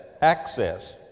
access